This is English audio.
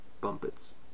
bumpets